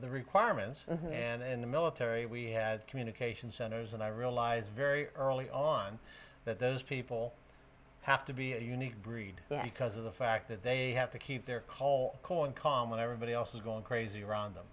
the requirements and the military we had communication centers and i realized very early on that those people have to be a unique breed because of the fact that they have to keep their call core and calm when everybody else is going crazy around them